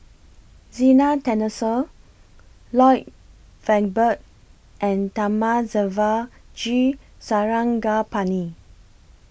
Zena Tessensohn Lloyd Valberg and Thamizhavel G Sarangapani